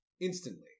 instantly